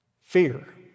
Fear